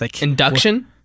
Induction